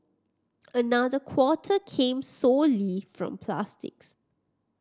another quarter came solely from plastics